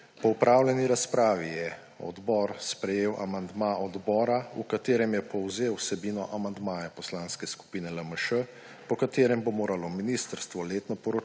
Po opravljeni razpravi je odbor sprejel amandma odbora, v katerem je povzel vsebino amandmaja Poslanske skupine LMŠ, po katerem bo moralo ministrstvo letno poročilo